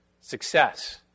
success